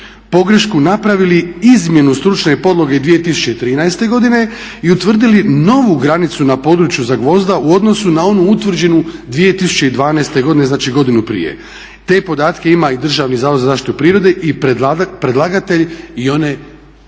pogrešku napravili izmjenu stručne podloge 2013. godine i utvrdili novu granicu na području Zagvozda u odnosu na onu utvrđenu 2012. godine, znači godinu prije. Te podatke ima i Državni zavod za zaštitu prirode i predlagatelj i one su